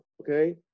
Okay